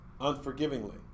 unforgivingly